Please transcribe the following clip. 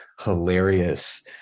hilarious